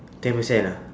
ten percent ah